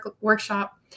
workshop